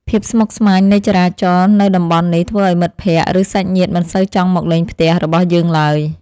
ភាពស្មុគស្មាញនៃចរាចរណ៍នៅតំបន់នេះធ្វើឱ្យមិត្តភក្តិ ឬសាច់ញាតិមិនសូវចង់មកលេងផ្ទះរបស់យើងឡើយ។